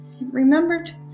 remembered